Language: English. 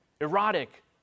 Erotic